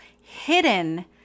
hidden